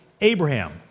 Abraham